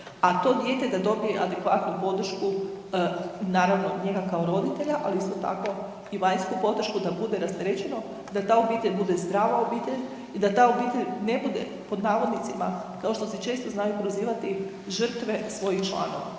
a to dijete da dobije adekvatnu podršku naravno njega kao roditelja, ali isto tako i vanjsku podršku, da bude rasterećeno, da ta obitelj bude zdrava obitelj i da ta obitelj ne bude pod navodnicima kao što se često znaju prozivati žrtve svojih članova.